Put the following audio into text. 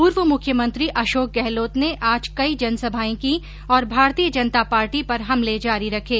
पूर्व मुख्यमंत्री अशोक गहलोत ने आज कई जनसभाए की और भारतीय जनता पार्टी पर हमले जारी रखें